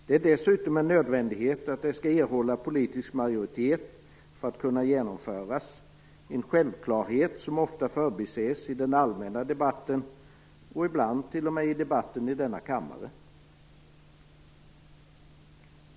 Det är dessutom en nödvändighet att det skall erhålla politisk majoritet för att kunna genomföras - en självklarhet som ofta förbises i den allmänna debatten och ibland t.o.m. i debatten i denna kammare.